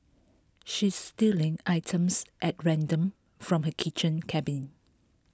she's stealing items at random from her kitchen cabinet